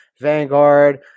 Vanguard